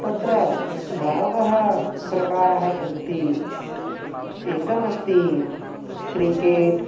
तत्र वहवः प्रकाराः सन्ति एकमस्ति क्रीकेट्